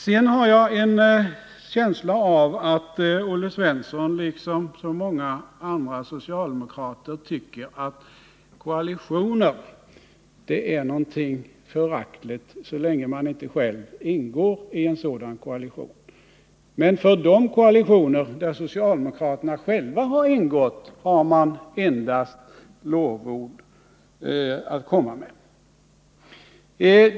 Jag har en känsla av att Olle Svensson, liksom så många andra socialdemokrater, tycker att koalitioner är någonting föraktligt — så länge man inte själv ingår i en sådan koalition. För de koalitioner där socialdemokraterna själva ingått har man endast lovord att komma med.